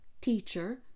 teacher